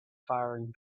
firing